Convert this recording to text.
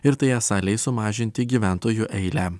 ir tai esą leis sumažinti gyventojų eilę